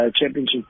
championship